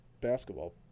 basketball